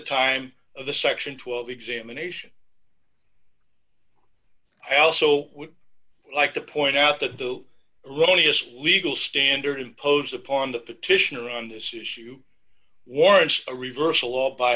time of the section twelve examination i also would like to point out that the earliest legal standard imposed upon the petitioner on this issue warrants a reversal all by